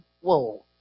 Whoa